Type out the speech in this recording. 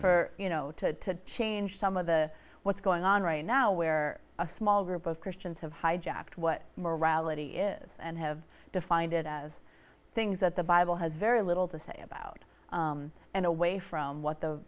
for you know to change some of the what's going on right now where a small group of christians have hijacked what morality is and have defined it as things that the bible has very little to say about and away from what the